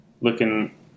Looking